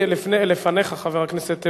לפניך, חבר הכנסת ברוורמן,